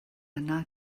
yna